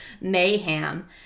mayhem